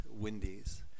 Wendy's